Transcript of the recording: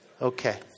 okay